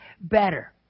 better